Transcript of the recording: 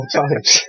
times